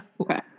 Okay